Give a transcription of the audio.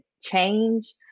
change